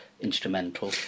instrumental